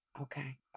Okay